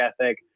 ethic